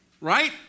Right